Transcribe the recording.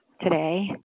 today